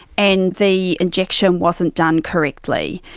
and the injection wasn't done correctly.